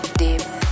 deep